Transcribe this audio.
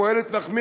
כמו איילת נחמיאס,